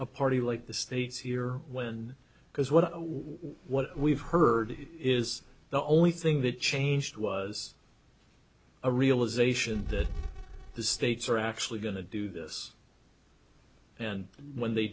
a party like the states here because what we what we've heard is the only thing that changed was a realization that the states are actually going to do this and when they